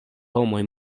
homoj